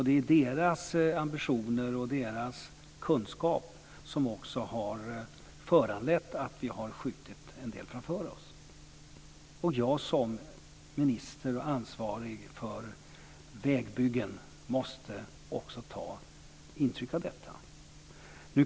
Det är deras ambitioner och kunskaper som har föranlett att vi har skjutit en del framför oss. Jag som minister och ansvarig för vägbyggen måste också ta intryck av detta.